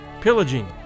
pillaging